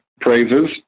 praises